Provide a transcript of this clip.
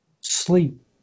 Sleep